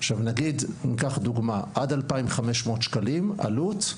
עכשיו נגיד ניקח דוגמה עד 2,500 שקלים עלות,